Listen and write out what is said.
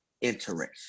interest